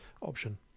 option